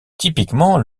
typiquement